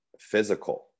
physical